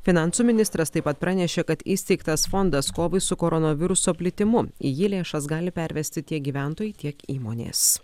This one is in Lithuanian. finansų ministras taip pat pranešė kad įsteigtas fondas kovai su koronaviruso plitimu į jį lėšas gali pervesti tiek gyventojai tiek įmonės